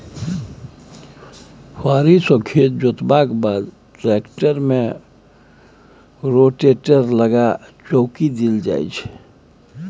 फारी सँ खेत जोतलाक बाद टेक्टर मे रोटेटर लगा चौकी देल जाइ छै